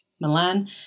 Milan